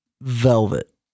Velvet